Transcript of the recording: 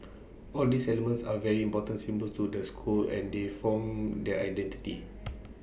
all these elements are very important symbols to the school and they form their identity